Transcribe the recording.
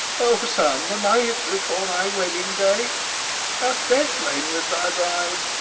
o son, the night before thy wedding day hath death lain with thy bride